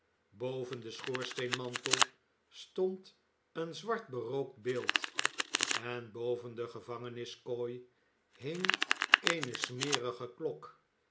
boven den schoorsteenmantel stond een zwart berookt beeld en boven de gevangeniskooi hing eene smerige klok